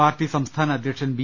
party സംസ്ഥാന അധ്യക്ഷൻ B